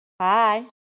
Hi